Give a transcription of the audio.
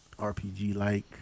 RPG-like